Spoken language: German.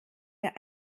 der